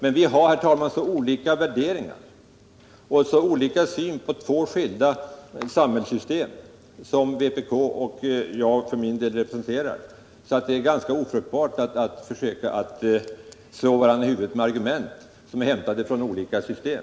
Men vi har så olika syn — det gäller två skilda samhällssystem som vpk och mitt parti representerar. Det är därför ganska ofruktbart att vi försöker slå I varandra i huvudet med argument som är hämtade från olika system.